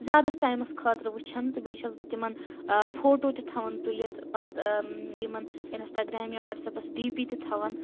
زیادَس ٹایمَس خٲطرٕ وٕچھَان تہٕ بیٚیہِ چھَس بہٕ تِمَن فوٹو تہِ تھَاوَان تُلِتھ پَتہٕ یِمَن اِنَسٹاگرٛام یا وَٹسایٚپَس ڈی پی تہِ تھَاوَان